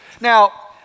Now